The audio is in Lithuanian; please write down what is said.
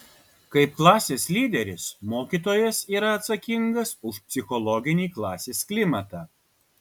kaip klasės lyderis mokytojas yra atsakingas už psichologinį klasės klimatą